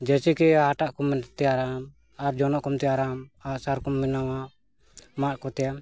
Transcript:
ᱡᱮᱭᱥᱮᱠᱤ ᱦᱟᱴᱟᱜ ᱠᱚᱢ ᱛᱮᱭᱟᱨᱟᱢ ᱟᱨ ᱡᱚᱱᱚᱜ ᱠᱚᱢ ᱛᱮᱭᱟᱨᱟᱢ ᱟᱨ ᱟᱸᱜ ᱥᱟᱨ ᱠᱚᱢ ᱵᱮᱱᱟᱣᱟ ᱢᱟᱜ ᱠᱚᱛᱮ